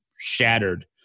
shattered